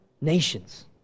nations